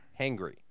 hangry